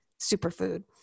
superfood